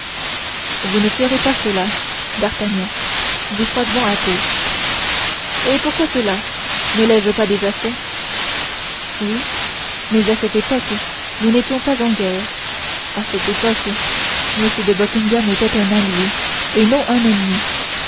vous ne ferez pas cela d'artagnan dit froidement athos et pourquoi cela ne l'ai-je pas fait déjà oui mais à cette époque nous n'étions pas en guerre à cette époque m de buckingham était un allié et non un ennemi